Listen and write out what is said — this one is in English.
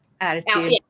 attitude